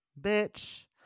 Bitch